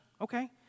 Okay